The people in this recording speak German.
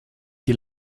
die